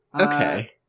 Okay